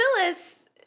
Phyllis